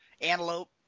antelope